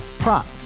Prop